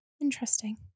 Interesting